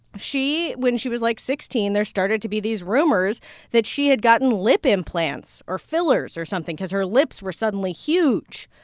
she when she was, like, sixteen, there started to be these rumors that she had gotten lip implants or fillers or something cause her lips were suddenly huge.